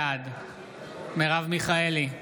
בעד מרב מיכאלי,